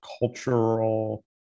cultural